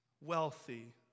wealthy